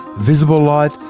visible light,